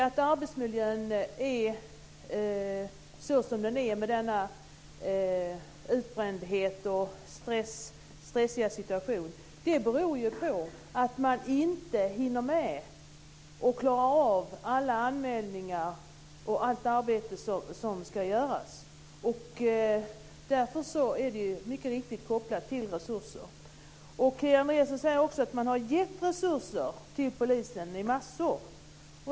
Att arbetsmiljön är som den är med utbrändhet och stress beror ju på att man inte hinner med och klarar av alla anmälningar och allt arbete som ska göras. Därför är detta mycket riktigt kopplat till resurser. Kia Andreasson säger också att man har gett resurser i massor till polisen.